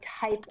type